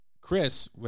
Chris